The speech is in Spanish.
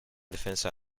defensa